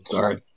Sorry